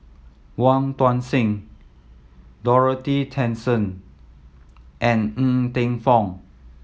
Wong Tuang Seng Dorothy Tessensohn and Ng Teng Fong